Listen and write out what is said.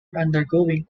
undergoing